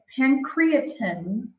pancreatin